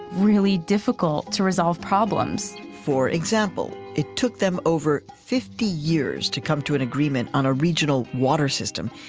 really difficult to resolve problems for example, it took them over fifty years to come to an agreement on a regional water system.